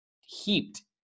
heaped